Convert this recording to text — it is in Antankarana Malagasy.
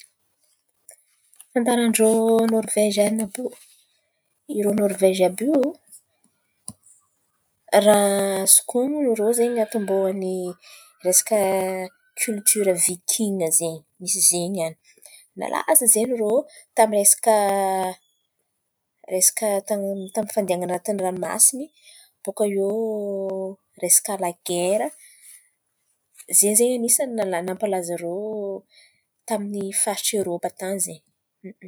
Tantaran-drô Nôrvezy àby io, irô Nôrvezy àby io, raha azoko honon̈o irô zen̈y antomboan'ny resaka kiolotora vikina zen̈y. Misy izen̈y an̈y nalaza zen̈y irô tamin'ny resaka resaka tamin'ny tamin'ny fandianan̈a tan-drano masin̈y. Baka iô, resaka la gera zen̈y zen̈y anisan̈y raha nampalaza irô tamin'ny faritry Erôpa tan̈y izen̈y.